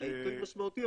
העיתוי משמעותי,